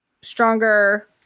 stronger